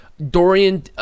Dorian